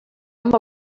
amb